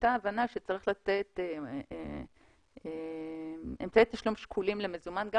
הייתה הבנה שצריך לתת אמצעי תשלום למזומן גם